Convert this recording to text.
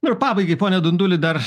nu ir pabaigai pone dunduli dar